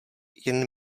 jen